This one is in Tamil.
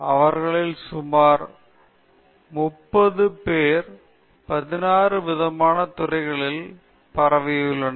அவர்களில் சுமார் 30 பேர் 16 விதமான துறைகளில் பரவியுள்ளனர்